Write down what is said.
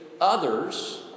others